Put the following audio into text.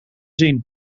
zien